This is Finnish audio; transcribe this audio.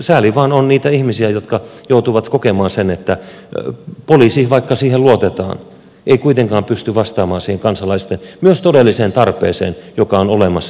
sääli vaan on niitä ihmisiä jotka joutuvat kokemaan sen että poliisi vaikka siihen luotetaan ei kuitenkaan pysty vastaamaan siihen kansalaisten myös todelliseen tarpeeseen joka on olemassa